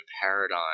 paradigm